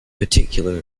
particular